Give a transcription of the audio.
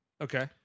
Okay